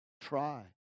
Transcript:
Try